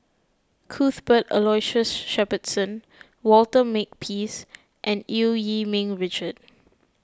Cuthbert Aloysius Shepherdson Walter Makepeace and Eu Yee Ming Richard